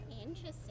Interesting